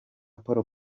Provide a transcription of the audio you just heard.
paul